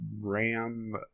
RAM